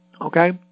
okay